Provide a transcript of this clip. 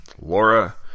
Laura